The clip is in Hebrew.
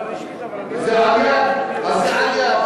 אחת לא מקימים.